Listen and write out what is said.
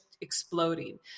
exploding